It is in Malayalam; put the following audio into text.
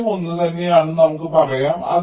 മൂല്യം ഒന്നുതന്നെയാണെന്ന് നമുക്ക് പറയാം